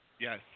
Yes